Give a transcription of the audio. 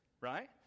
right